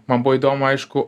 man buvo įdomu aišku